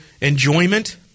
enjoyment